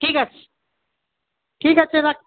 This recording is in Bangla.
ঠিক আছে ঠিক আছে রাখ